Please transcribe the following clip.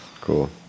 cool